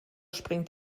springt